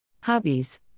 Hobbies